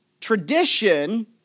Tradition